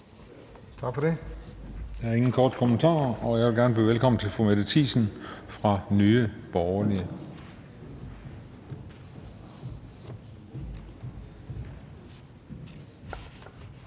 Tak for det. Der er ingen korte bemærkninger, så jeg vil gerne byde velkommen til fru Mette Thiesen fra Nye Borgerlige.